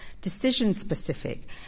decision-specific